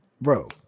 Bro